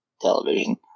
television